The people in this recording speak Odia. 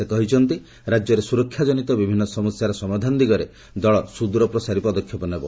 ସେ କହିଛନ୍ତି ରାଜ୍ୟରେ ସୁରକ୍ଷାଜନିତ ବିଭିନ୍ନ ସମସ୍ୟାର ସମାଧାନ ଦିଗରେ ଦଳ ସୁଦ୍ରର ପ୍ରସାରୀ ପଦକ୍ଷେପ ନେବ